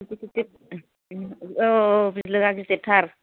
औ बिलोया गिदिरथार